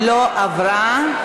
לא עברה.